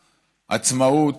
עצמאות,